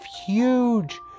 huge